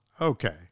Okay